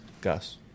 Gus